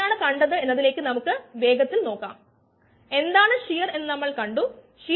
പിന്നെ നമുക്ക് vm അതുപോലെ km കണ്ടു പിടിക്കാം